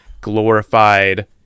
glorified